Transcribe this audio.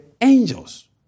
angels